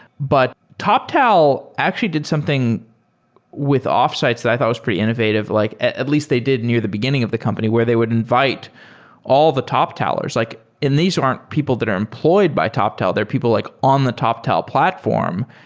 but toptal actually did something with offsites that i thought was pretty innovative, like at least they did near the beginning of the company where they would invite all the toptalers, like and these aren't people that are employed by toptal. they're people like on the toptal platform.